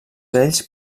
ells